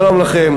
שלום לכם.